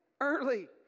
early